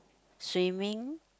swimming